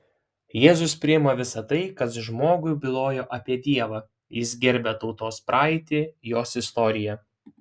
jėzus priima visa tai kas žmogui byloja apie dievą jis gerbia tautos praeitį jos istoriją